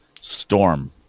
storm